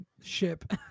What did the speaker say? ship